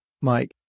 Mike